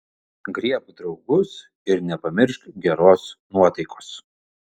griebk draugus ir nepamiršk geros nuotaikos